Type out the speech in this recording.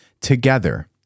together